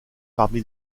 parmi